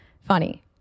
funny